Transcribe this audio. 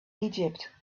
egypt